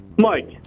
Mike